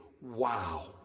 wow